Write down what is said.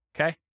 okay